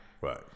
right